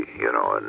you know, and